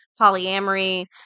polyamory